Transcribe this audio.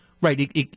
right